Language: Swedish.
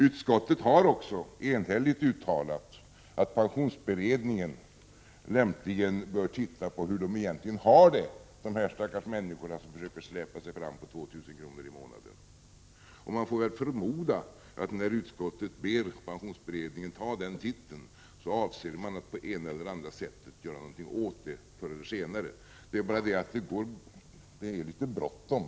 Utskottet har också enhälligt uttalat att pensionsberedningen lämpligen bör titta på hur dessa stackars människor egentligen har det, som försöker släpa sig fram på 2 000 kr. i månaden. Jag förmodar, att när utskottet ber pensionsberedningen att ta den titten är avsikten att göra någonting åt det förr eller senare. Men det är litet bråttom!